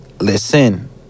listen